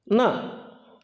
न